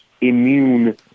immune